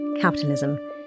Capitalism